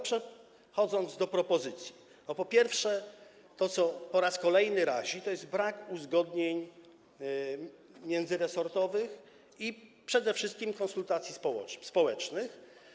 Przechodząc do propozycji, po pierwsze, to, co po raz kolejny razi, to jest brak uzgodnień międzyresortowych, a przede wszystkim konsultacji społecznych.